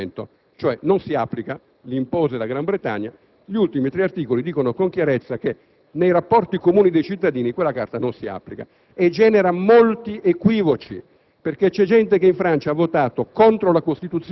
negli ultimi tre articoli ha una clausola di autoffondamento, cioè non si applica. Ricordo che li impose la Gran Bretagna. Gli ultimi tre articoli dicono con chiarezza che, nei rapporti comuni tra i cittadini, quella Carta non si applica. Generano però molti equivoci,